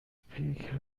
پیک